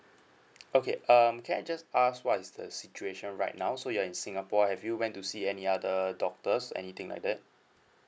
okay um can I just ask what is the situation right now so you are in singapore have you went to see any other doctors anything like that